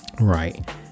Right